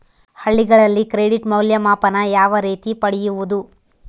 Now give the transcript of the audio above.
ಹಳ್ಳಿಗಳಲ್ಲಿ ಕ್ರೆಡಿಟ್ ಮೌಲ್ಯಮಾಪನ ಯಾವ ರೇತಿ ಪಡೆಯುವುದು?